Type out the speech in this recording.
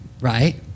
right